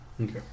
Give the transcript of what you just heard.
Okay